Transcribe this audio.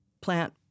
plant